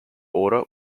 order